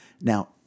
Now